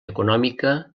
econòmica